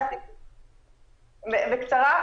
בקצרה.